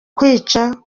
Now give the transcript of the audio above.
kwica